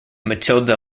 matilda